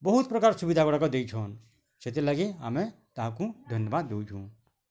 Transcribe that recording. ବହୁତ ପ୍ରକାର୍ ସୁବିଧା ଗୁଡ଼ାକ ଦେଇଛନ୍ ସେଥିର୍ ଲାଗି ଆମେ ତାହାକୁ ଧନ୍ୟବାଦ ଦଉଛୁ